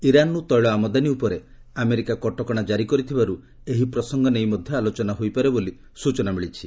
ଇରାନରୁ ତେଳ ଆମଦାନୀ ଉପରେ ଆମେରିକା କଟକଣା କାରି କରିଥିବାରୁ ଏହି ପ୍ରସଙ୍ଗ ନେଇ ମଧ୍ୟ ଆଲୋଚନା ହୋଇପାରେ ବୋଲି ସୂଚନା ମିଳିଛି